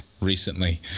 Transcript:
recently